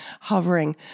hovering